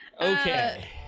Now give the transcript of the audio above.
Okay